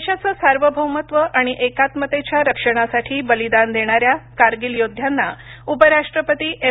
देशाचं सार्वभौमत्व आणि एकात्मतेच्या रक्षणासाठी बलिदान देणाऱ्या कारगील योद्ध्यांना उपराष्ट्रपती एम